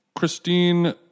Christine